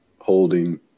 holding